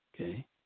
okay